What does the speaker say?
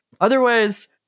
otherwise